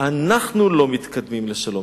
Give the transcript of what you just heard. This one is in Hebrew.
ושאנחנו לא מתקדמים לשלום.